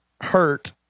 hurt